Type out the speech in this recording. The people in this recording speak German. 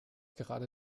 gerade